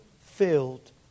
filled